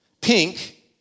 Pink